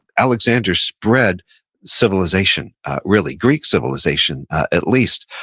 alexander spread civilization really, greek civilization, at least,